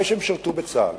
אחרי שהם שירתו בצה"ל,